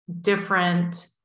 different